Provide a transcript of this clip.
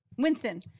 Winston